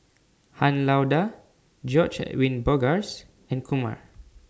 Han Lao DA George Edwin Bogaars and Kumar